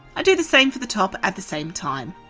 i do the same for the top at the same time.